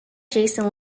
jason